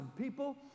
people